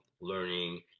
learning